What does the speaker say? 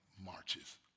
marches